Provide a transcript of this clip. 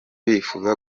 bifuza